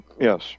yes